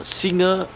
singer